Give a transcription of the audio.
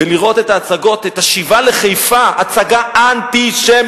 ולראות את ההצגות, את "השיבה לחיפה" הצגה אנטישמית